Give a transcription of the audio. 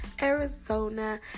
Arizona